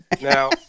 Now